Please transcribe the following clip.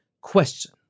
question